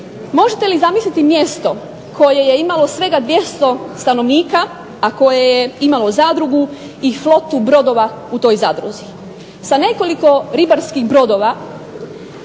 Možete li zamisliti mjesto koje je imalo svega 200 stanovnika, a koje je imalo zadrugu i flotu brodova u toj zadruzi. Sa nekoliko ribarskih brodova,